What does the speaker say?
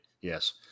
yes